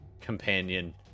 companion